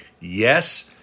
yes